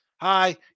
hi